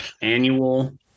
annual